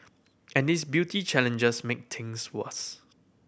and these beauty challenges make things worse